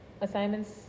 assignments